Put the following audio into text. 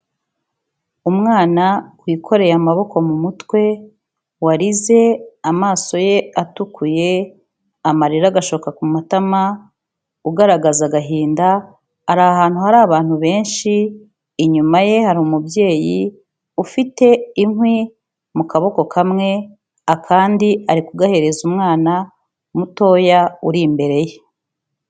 Umwana wikoreye amaboko mu mutwe, warize amaso ye atukuye, amarira agashoka ku matama, ugaragaza agahinda, ari ahantu hari abantu benshi, inyuma ye hari umubyeyi, ufite inkwi mu kaboko kamwe, akandi ari kugahereza umwana mutoya uri imbere ye.